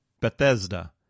Bethesda